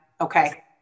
okay